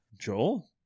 Joel